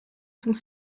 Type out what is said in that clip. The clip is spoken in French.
sont